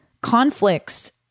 conflicts